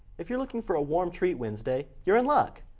if you're looking for a warm treat wednesday. you're in luck.